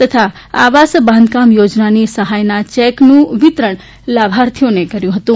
તથા આવાસ બાંધકામ યોજનાની સહાયના ચેકનું પણ લાભાર્થીઓને વિતરણ કર્યું હતું